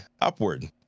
upward